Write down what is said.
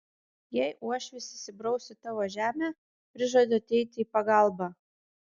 jei uošvis įsibraus į tavo žemę prižadu ateiti į pagalbą